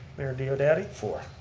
mayor diodati. for.